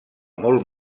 molt